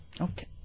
Okay